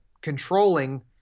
controlling